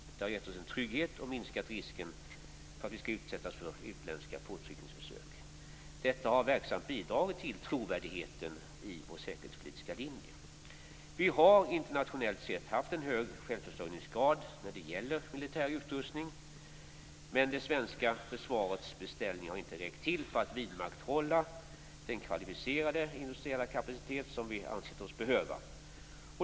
Det har gett oss en trygghet och minskat risken för att vi skall utsättas för utländska påtryckningsförsök. Detta har verksamt bidragit till trovärdigheten i vår säkerhetspolitiska linje. Vi har internationellt sett haft en hög självförsörjningsgrad när det gäller militär utrustning. Men det svenska försvarets beställningar har inte räckt till för att vidmakthålla den kvalificerade industriella kapacitet som vi ansett oss behöva.